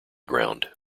ground